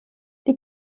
die